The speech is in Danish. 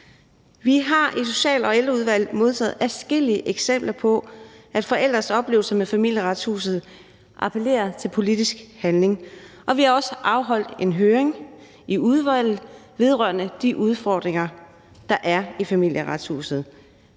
Vi har i Social- og Ældreudvalget modtaget adskillige eksempler på, at forældres oplevelser med Familieretshuset appellerer til politisk handling, og vi har også afholdt en høring i udvalget vedrørende de udfordringer, der er i Familieretshuset.